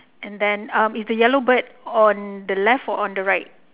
and then is the yellow bird on the left or on the right